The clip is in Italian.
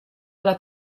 alla